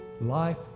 Life